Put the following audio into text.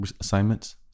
assignments